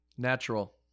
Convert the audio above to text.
Natural